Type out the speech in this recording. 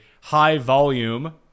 high-volume